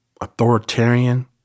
authoritarian